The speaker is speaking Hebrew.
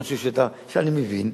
אני חושב שאני מבין,